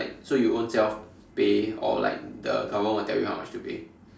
like so you ownself pay or like the government will tell you how much to pay